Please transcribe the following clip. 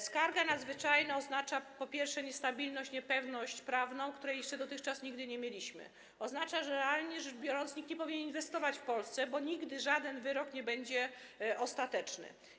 Skarga nadzwyczajna oznacza, po pierwsze, niestabilność, niepewność prawną, której jeszcze dotychczas nigdy nie mieliśmy, oznacza, że realnie rzecz biorąc, nikt nie powinien inwestować w Polsce, bo nigdy żaden wyrok nie będzie ostateczny.